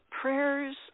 prayers